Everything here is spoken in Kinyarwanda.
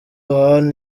lohan